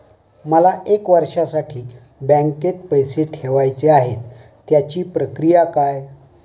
मला एक वर्षासाठी बँकेत पैसे ठेवायचे आहेत त्याची प्रक्रिया काय?